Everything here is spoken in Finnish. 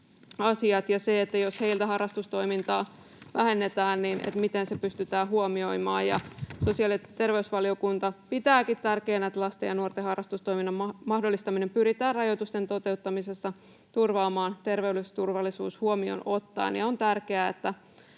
ja se, että jos heiltä vähennetään harrastustoimintaa, niin miten se pystytään huomioimaan. Sosiaali- ja terveysvaliokunta pitääkin tärkeänä, että lasten ja nuorten harrastustoiminnan mahdollistaminen pyritään rajoitusten toteuttamisessa turvaamaan terveysturvallisuus huomioon ottaen, ja on tärkeää,